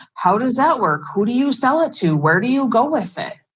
how does that work? who do you sell it to? where do you go with it?